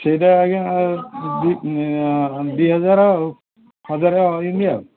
ସେଇଟା ଆଜ୍ଞା ଦୁଇ ଦୁଇ ହଜାର ହଜାର ଏମିତି ଆଉ